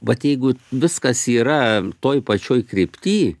vat jeigu viskas yra toj pačioj krypty